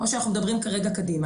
או שאנחנו מדברים כרגע קדימה.